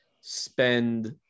spend